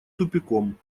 тупиком